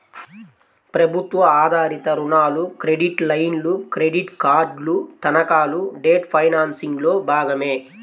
ప్రభుత్వ ఆధారిత రుణాలు, క్రెడిట్ లైన్లు, క్రెడిట్ కార్డులు, తనఖాలు డెట్ ఫైనాన్సింగ్లో భాగమే